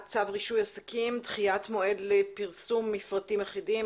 צו רישוי עסקים (דחיית מועד לפרסום מפרטים אחידים),